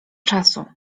czasu